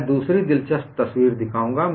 मैं दूसरी दिलचस्प तस्वीर दिखाऊंगा